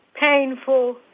painful